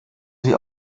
sie